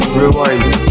rewind